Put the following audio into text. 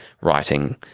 writing